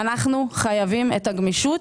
אנחנו חייבים את הגמישות